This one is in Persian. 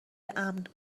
امن